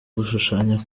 gushushanya